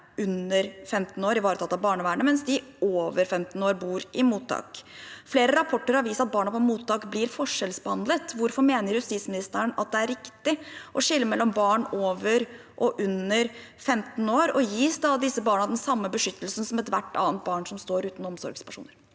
under 15 år ivaretatt av barnevernet, mens dem over 15 år bor i mottak. Flere rapporter har vist at barna på mottak blir forskjellsbehandlet. Hvorfor mener justisministeren at det er riktig å skille mellom barn over og under 15 år, og gis disse barna den samme beskyttelsen som ethvert annet barn som står uten omsorgspersoner?